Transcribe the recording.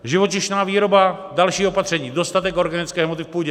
Živočišná výroba, další opatření, dostatek organické hmoty v půdě.